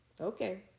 Okay